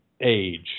age